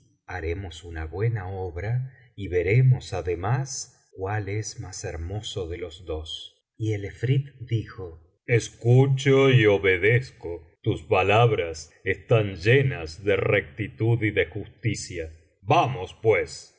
haremos una buena obra y veremos además cuál es más hermoso de los dos y el efrit dijo escucho y obedezco tus palabras están llenas de rectitud y de justicia vamos pues y